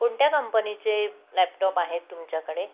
कोणत्या कंपनीचे लॅपटॉप आहेत तुमच्याकडे